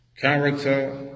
character